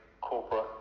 corporate